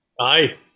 Aye